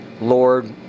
Lord